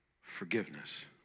forgiveness